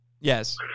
Yes